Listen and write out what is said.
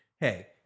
Hey